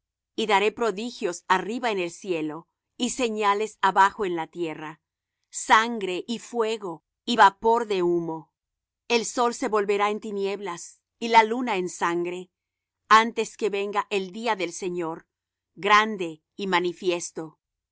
y daré prodigios arriba en el cielo y señales abajo en la tierra sangre y fuego y vapor de humo el sol se volverá en tinieblas y la luna en sangre antes que venga el día del señor grande y manifiesto